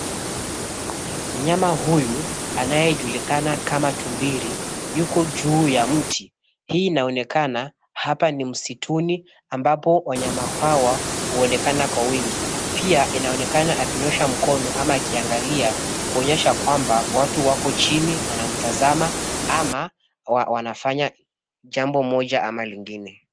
Mnyama huyu anayejulikana kama tumbiri yuko juu ya mti, hii inaonekana hapa ni msituni ambapo wanyama hawa huonekana kwa wingi, pia inaonekana akinyosha mkono ama akiangalia kuonyesha kwamba watu wako chini wanamtazama ama wanafanya jambo moja ama lingine.